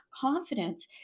confidence